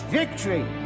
victory